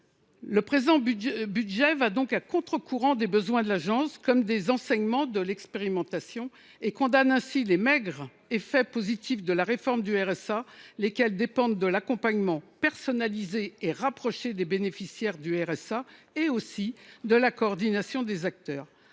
de cette mission va donc à contre courant des besoins de l’agence comme des enseignements de l’expérimentation ; il condamne ainsi les maigres effets positifs de la réforme du RSA, lesquels dépendent de l’accompagnement personnalisé et rapproché des bénéficiaires, ainsi que de la coordination des acteurs.